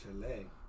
Chile